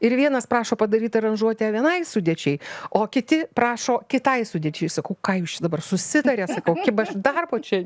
ir vienas prašo padaryt aranžuotę vienai sudėčiai o kiti prašo kitai sudėčiai sakau ką jūs čia dabar susitarėt su kiba dar pačiai